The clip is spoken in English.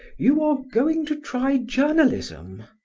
you are going to try journalism?